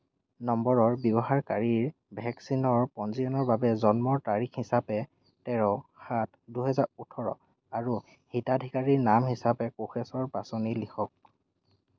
নম্বৰৰ ব্যৱহাৰকাৰীৰ ভেকচিনৰ পঞ্জীয়নৰ বাবে জন্ম্ৰ তাৰিখ হিচাপে তেৰ সাত দুহেজাৰ ওঠৰ আৰু হিতাধিকাৰীৰ নাম হিচাপে কোষেশ্বৰ পাচনি লিখক